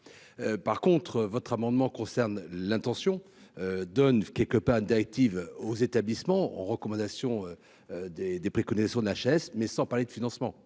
par contre votre amendement concerne l'intention donne quelques pas d'active aux établissements recommandations des des connaît son HS mais sans parler de financement